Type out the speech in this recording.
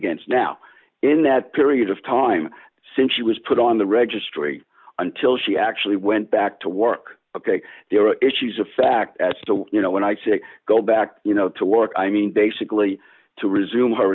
against now in that period of time since she was put on the registry until she actually went back to work ok there are issues of fact as you know when i say go back to work i mean basically to resume